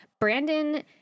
Brandon